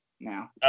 now